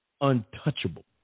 untouchable